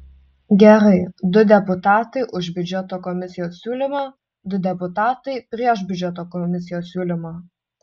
gerai du deputatai už biudžeto komisijos siūlymą du deputatai prieš biudžeto komisijos siūlymą